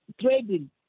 trading